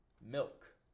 milk